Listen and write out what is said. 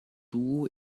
duo